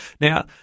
Now